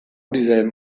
dieselben